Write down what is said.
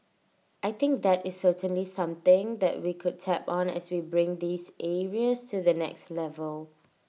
I think that is certainly something that we could tap on as we bring these areas to the next level